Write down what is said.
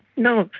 no,